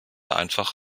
einfach